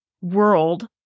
world